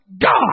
God